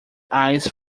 ice